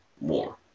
more